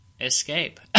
escape